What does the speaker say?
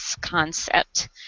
concept